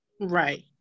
right